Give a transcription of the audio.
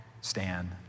stand